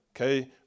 okay